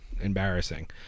embarrassing